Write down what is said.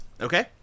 Okay